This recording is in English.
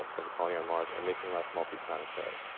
a colony on mars and making life multi-planetary.